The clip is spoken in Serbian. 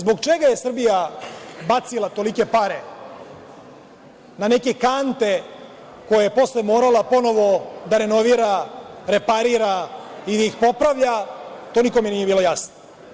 Zbog čega je Srbija bacila tolike pare na neke kante koje je posle morala ponovo da renovira, reparira i da ih popravlja, to nikome nije bilo jasno.